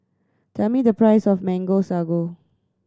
tell me the price of Mango Sago